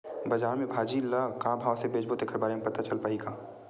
बजार में भाजी ल का भाव से बेचबो तेखर बारे में पता चल पाही का?